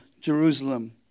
Jerusalem